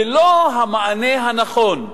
זה לא המענה הנכון,